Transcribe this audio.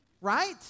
Right